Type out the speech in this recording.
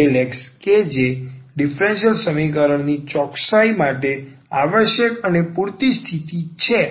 IM∂yIN∂x કે જે ડીફરન્સીયલ સમીકરણ ની ચોકસાઈ માટે આવશ્યક અને પૂરતી સ્થિતિ છે